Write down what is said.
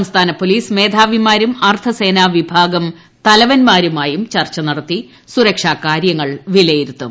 സംസ്ഥാന പോലീസ് മേധ്യാവിമാരുമായും അർധ സേനാവിഭാഗം തലവൻമാരുമായും ചർച്ച് നടത്തി സുരക്ഷാ കാര്യങ്ങൾ വിലയിരുത്തും